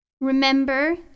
Remember